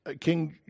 King